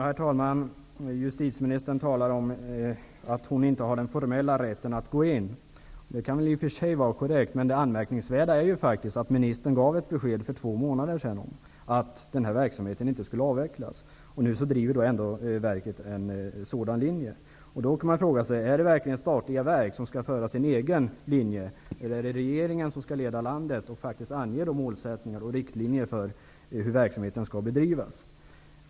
Herr talman! Justitieministern säger att hon inte har den formella rätten att gripa in. Det kan i och för sig vara korrekt. Men det anmärkningsvärda är att ministern för två månader sedan gav ett besked om att denna verksamhet inte skulle avvecklas, och ändå driver nu verket en sådan linje. Man kan då fråga sig: Skall statliga verk föra sin egen linje, eller är det regeringen som skall leda landet och ange de målsättningar och riktlinjer som gäller för hur verksamheten skall bedrivas?